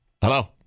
Hello